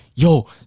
yo